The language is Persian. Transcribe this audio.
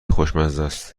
خوشمزست